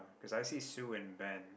cause I see Sue and Ben